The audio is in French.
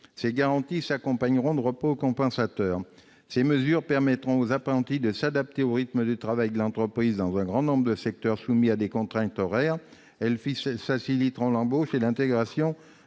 Ces garanties s'accompagneront de repos compensateurs. Ces mesures permettront aux apprentis de s'adapter au rythme de travail de l'entreprise dans un grand nombre de secteurs soumis à des contraintes horaires. Elles faciliteront l'embauche et l'intégration